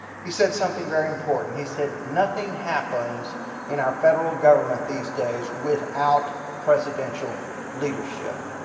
he said something very important. he said nothing happens in our federal government these days without presidential leadership.